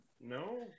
no